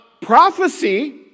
prophecy